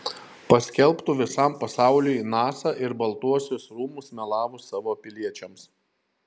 paskelbtų visam pasauliui nasa ir baltuosius rūmus melavus savo piliečiams